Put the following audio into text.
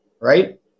right